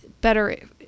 better